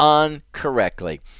incorrectly